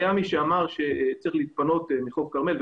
היה מי שאמר שצריך להתפנות מחוף הכרמל,